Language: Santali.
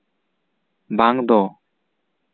ᱵᱟᱝ ᱫᱚ